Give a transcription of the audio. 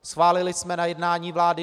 Schválili jsme na jednání vlády